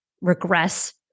regress